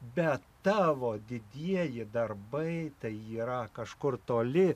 be tavo didieji darbai tai yra kažkur toli